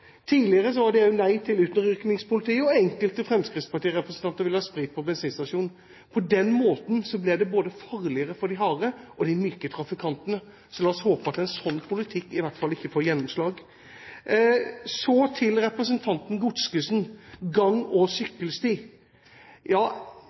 Tidligere var det også nei til utrykningspolitiet, og enkelte fremskrittspartirepresentanter vil ha sprit på bensinstasjonen. På denne måten blir det farligere for både de harde og de myke trafikantene. Så la oss håpe at en sånn politikk i hvert fall ikke får gjennomslag. Så til representanten Godskesen når det gjelder gang- og